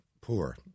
poor